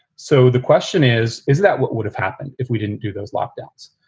so the question is, is that what would have happened if we didn't do those lockdowns?